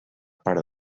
part